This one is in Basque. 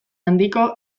handiko